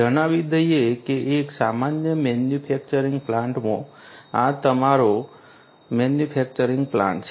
જણાવી દઈએ કે એક સામાન્ય મેન્યુફેક્ચરિંગ પ્લાન્ટમાં આ તમારો મેન્યુફેક્ચરિંગ પ્લાન્ટ છે